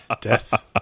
Death